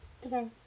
today